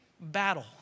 battle